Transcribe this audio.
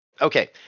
okay